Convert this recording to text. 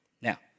Now